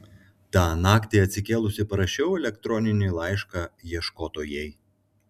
tą naktį atsikėlusi parašiau elektroninį laišką ieškotojai